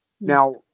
Now